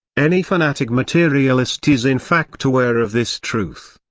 any fanatic materialist is in fact aware of this truth.